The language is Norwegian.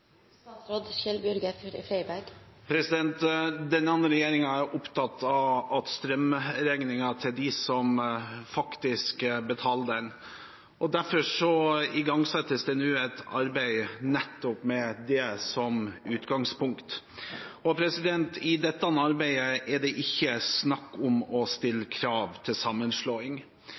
er opptatt av strømregningen til dem som faktisk betaler den. Derfor igangsettes det nå et arbeid med nettopp det som utgangspunkt. I dette arbeidet er det ikke snakk om å stille krav til sammenslåing.